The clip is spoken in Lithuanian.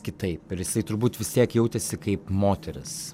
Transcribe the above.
kitaip ir jisai turbūt vis tiek jautėsi kaip moteris